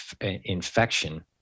infection